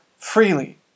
freely